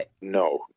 No